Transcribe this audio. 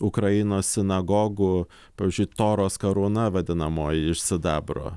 ukrainos sinagogų pavyzdžiui toros karūna vadinamoji iš sidabro